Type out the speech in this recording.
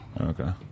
Okay